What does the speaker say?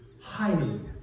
hiding